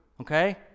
okay